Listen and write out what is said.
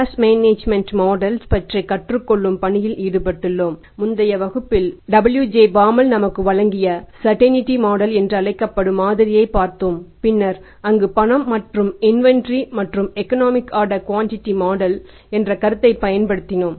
cash management models ஐ படுத்தினோம்